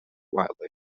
wildly